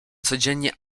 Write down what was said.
codziennie